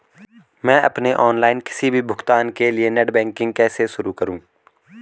मैं अपने ऑनलाइन किसी भी भुगतान के लिए नेट बैंकिंग कैसे शुरु करूँ?